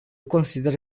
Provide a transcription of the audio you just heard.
consider